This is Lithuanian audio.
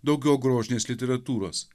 daugiau grožinės literatūros